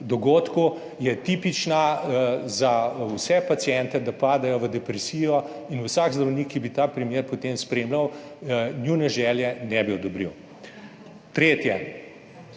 je tipična za vse paciente, da padejo v depresijo, in vsak zdravnik, ki bi ta primer potem spremljal, njune želje ne bi odobril. Tretje.